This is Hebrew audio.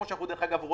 כמו שאנחנו רואים,